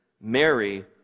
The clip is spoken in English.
Mary